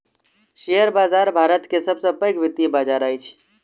share बाजार भारत के सब सॅ पैघ वित्तीय बजार अछि